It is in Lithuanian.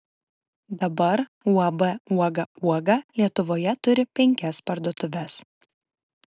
dabar uab uoga uoga lietuvoje turi penkias parduotuves